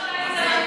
מה יש לך להגיד על,